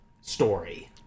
story